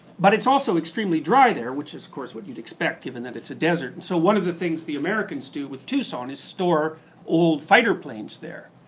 but it's also extremely dry there which is, of course, what you'd expect given that it's a desert. so one of the things that americans do with tucson is store old fighter planes there.